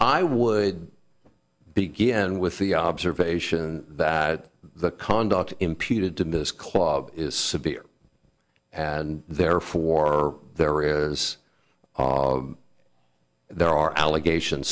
i would begin with the observation that the conduct imputed to miss club is severe and therefore there is there are allegations